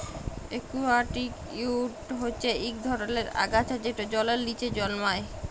aquatic weed হচ্যে ইক ধরলের আগাছা যেট জলের লিচে জলমাই